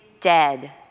dead